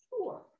Sure